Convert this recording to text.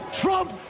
trump